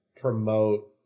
promote